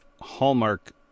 hallmark